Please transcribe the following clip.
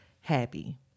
happy